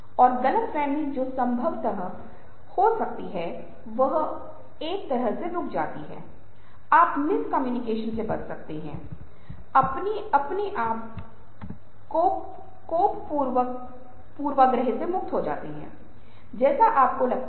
अब तीसरे प्रकार के संचारक के पास आना जिसे रिफ्लेक्टिव कम्युनिकेटर कहा जाता है और यह चिंतनशील संचार आधार है